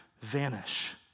vanish